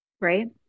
Right